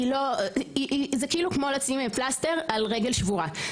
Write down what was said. זה כמו לשים פלסטר על רגל שבורה.